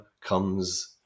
comes